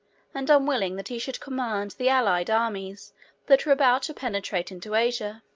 and unwilling that he should command the allied armies that were about to penetrate into asia.